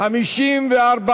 העירייה ומסי הממשלה (פטורין) (פטור מארנונה לארכיון ציבורי),